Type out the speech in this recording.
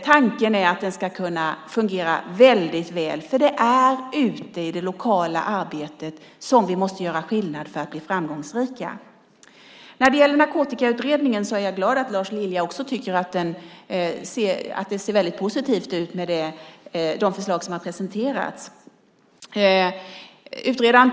Tanken är att den ska kunna fungera väldigt väl, för det är ute i det lokala arbetet som vi måste göra skillnad för att bli framgångsrika. Jag är glad över att också Lars Lilja tycker att det ser väldigt positivt ut med de förslag som presenterats i Narkotikautredningen.